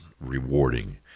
rewarding